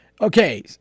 Okay